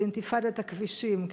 של אינתיפאדת הכבישים.